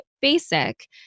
basic